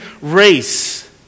race